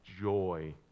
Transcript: joy